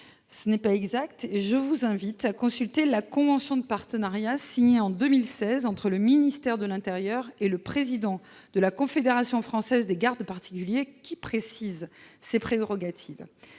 Cela n'est pas exact : je vous invite à consulter la convention de partenariat signée en 2016 entre le ministère de l'intérieur et le président de la confédération française des gardes particuliers assermentés, qui précise ces prérogatives.